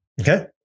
Okay